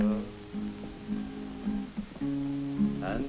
no i